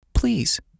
Please